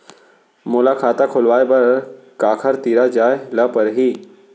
मोला खाता खोलवाय बर काखर तिरा जाय ल परही?